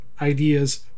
ideas